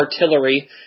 Artillery